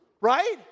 right